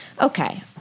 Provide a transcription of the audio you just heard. Okay